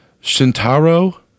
shintaro